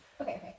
Okay